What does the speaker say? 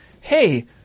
hey